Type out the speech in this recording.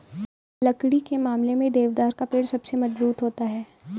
लकड़ी के मामले में देवदार का पेड़ सबसे मज़बूत होता है